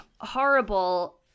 horrible